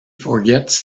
forgets